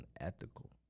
unethical